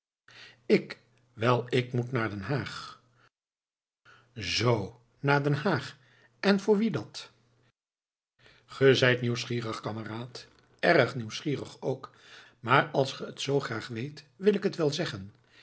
ik wel ik moet naar den haag zoo naar den haag en voor wien dat ge zijt nieuwsgierig kameraad erg nieuwsgierig ook maar als ge het zoo graag weet wil ik het wel zeggen